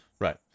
Right